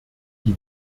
die